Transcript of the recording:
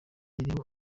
iriho